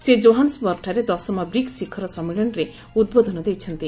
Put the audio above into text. ସେ କୋହାନ୍ଦବର୍ଗଠାରେ ଦଶମ ବ୍ରିକ୍ ଶିଖର ସମ୍ମିଳନୀରେ ଉଦ୍ବୋଧନ ଦେଇଛନ୍ତି